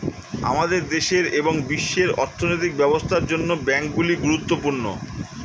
আমাদের দেশের এবং বিশ্বের অর্থনৈতিক ব্যবস্থার জন্য ব্যাংকগুলি গুরুত্বপূর্ণ